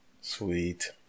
Sweet